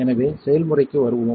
எனவே செயல்முறைக்கு வருவோம்